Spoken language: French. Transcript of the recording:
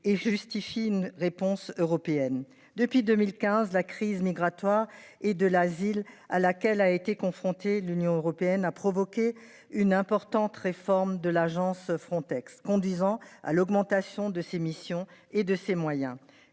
et justifie une réponse européenne depuis 2015, la crise migratoire et de la ville à laquelle a été confrontée l'Union européenne a provoqué une importante réforme de l'agence Frontex conduisant à l'augmentation de ses missions et de ses moyens.